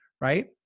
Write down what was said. right